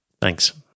Thanks